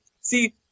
see